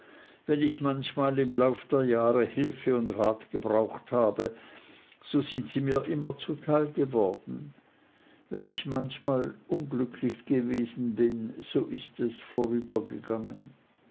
wenn ich manchmal im lauf der jahre hilfe und rat gebraucht habe so sind sie mir immer zuteil geworden wenn ich manchmal unglücklich gewesen bin so ist es vorübergegangen